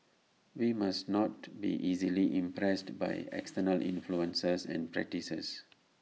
we must not be easily impressed by external influences and practices